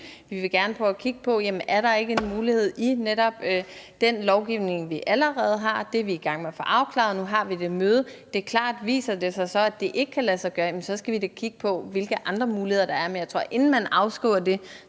vi vil gerne prøve at kigge på, om der ikke er en mulighed i netop den lovgivning, vi allerede har. Det er vi i gang med at få afklaret, og nu har vi det møde. Det er klart, at viser det sig så, at det ikke kan lade sig gøre, jamen så skal vi da kigge på, hvilke andre muligheder der er. Men jeg tror, at inden man afskriver det,